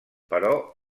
però